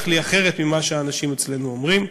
לי אחרת ממה שהאנשים אצלנו אומרים.